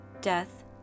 death